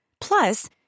Plus